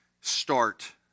start